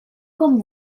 com